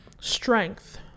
strength